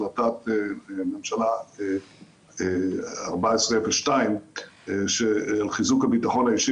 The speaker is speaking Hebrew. החלטת ממשלה 1402 על חיזוק הביטחון האישי